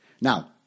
Now